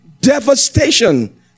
devastation